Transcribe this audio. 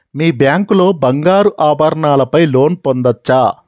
మీ bank లో బంగారు ఆభరణాల పై లోన్ పొందచ్చా?